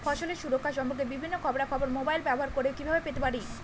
ফসলের সুরক্ষা সম্পর্কে বিভিন্ন খবরা খবর মোবাইল ব্যবহার করে কিভাবে পেতে পারি?